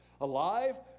Alive